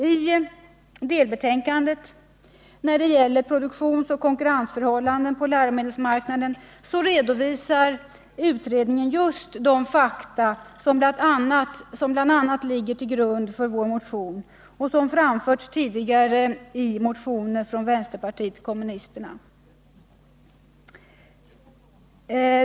I delbetänkandet om produktionsoch konkurrensförhållandena på läromedelsmarknaden redovisar utredningen just de fakta som bl.a. ligger till grund för vår motion och som redovisas tidigare i motioner från vpk.